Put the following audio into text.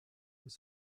peut